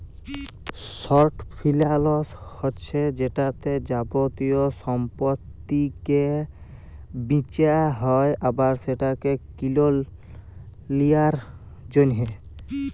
short ফিলালস হছে যেটতে যাবতীয় সম্পত্তিকে বিঁচা হ্যয় আবার সেটকে কিলে লিঁয়ার জ্যনহে